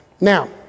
Now